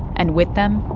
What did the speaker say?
and with them,